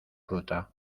fruta